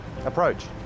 approach